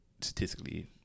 statistically